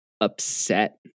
upset